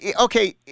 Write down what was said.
okay